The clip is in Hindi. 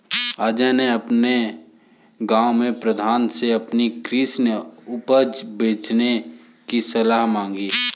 अजय ने अपने गांव के प्रधान से अपनी कृषि उपज बेचने की सलाह मांगी